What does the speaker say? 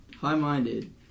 high-minded